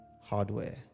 hardware